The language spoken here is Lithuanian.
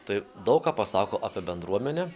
tai daug ką pasako apie bendruomenę